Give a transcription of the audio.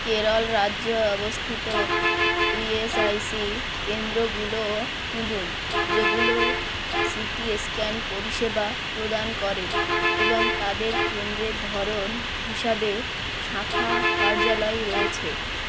কেরল রাজ্য অবস্থিত E S I C কেন্দ্রগুলো খুঁজুন যেগুলো সিটি স্ক্যান পরিষেবা প্রদান করে এবং তাদের কেন্দ্রের ধরন হিসাবে শাখা কার্যালয় রয়েছে